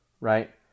right